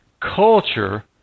culture